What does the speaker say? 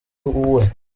uwe